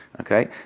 Okay